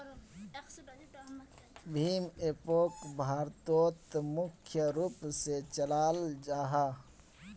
भीम एपोक भारतोत मुख्य रूप से चलाल जाहा